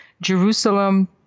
Jerusalem